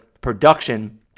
production